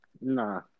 Nah